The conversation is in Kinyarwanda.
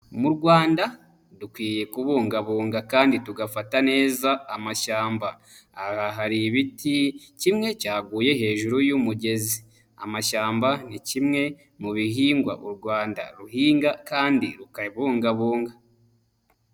Mu Rwanda dukwiriye kubungabunga kandi tugafata neza amashyamba. Aha hari ibiti, kimwe cyaguye hejuru y'umugezi. Amashyamba ni kimwe mu bihingwa u Rwanda ruhinga kandi rukabungabunga.